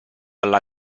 alla